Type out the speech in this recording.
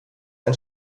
ein